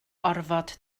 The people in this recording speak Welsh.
orfod